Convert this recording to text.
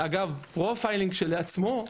אגב, פרופיילינג כשלעצמו,